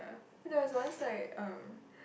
cause there was once like um